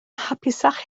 hapusach